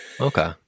Okay